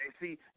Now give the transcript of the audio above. See